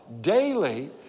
daily